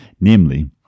namely